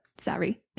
Sorry